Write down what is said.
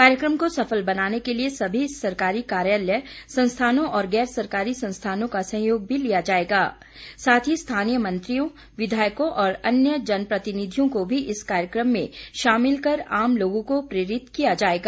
कार्यक्रम को सफल बनाने के लिए समी सरकारी कार्यालय संस्थानों और गैर सरकारी संस्थानों का सहयोग भी लिया जाएगा साथ ही स्थानीय मंत्रियों विघायकों और अन्य जन प्रतिनिधियों को भी इस कार्यक्रम में शामिल कर आम लोगों को प्रेरित किया जाएगा